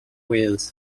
wales